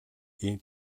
ийм